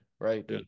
right